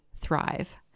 Thrive